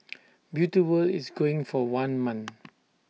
beauty world is going for one month